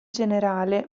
generale